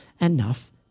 enough